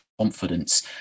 confidence